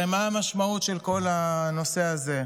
הרי מה המשמעות של כל הנושא הזה?